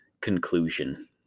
conclusion